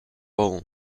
all